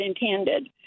intended